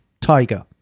Tiger